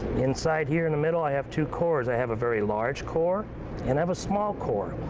inside here in the middle i have two cores. i have a very large core and i have a small core.